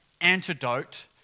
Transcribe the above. antidote